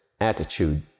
attitude